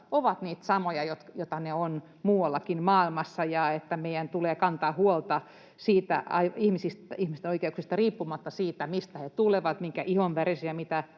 ovat niitä samoja, joita ne ovat muuallakin maailmassa, ja että meidän tulee kantaa huolta ihmisten oikeuksista riippumatta siitä, mistä he tulevat, ja heidän ihonväristään,